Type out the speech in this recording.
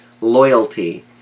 loyalty